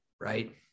right